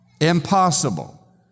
impossible